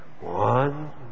One